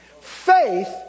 Faith